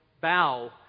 bow